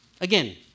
again